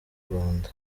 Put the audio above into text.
rwanda